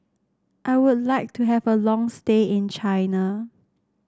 I would like to have a long stay in China